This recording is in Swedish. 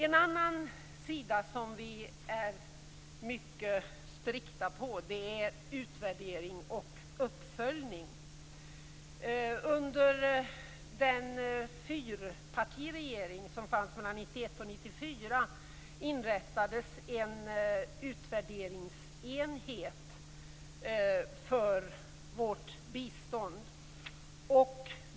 En annan sida som vi är mycket strikta med gäller utvärdering och uppföljning. Under fyrpartiregeringen 1991-1994 inrättades en utvärderingsenhet för biståndet.